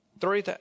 three